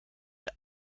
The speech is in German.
der